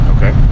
Okay